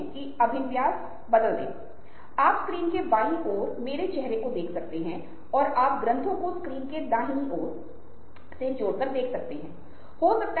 और आप इनसे सीख सकते हैं और यहां तक कि अपने सामाजिक कौशल और अपने सॉफ्ट स्किल्सको सुधारने के लिए उन्हें अपने जीवन में लागू कर सकते हैं